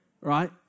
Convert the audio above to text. right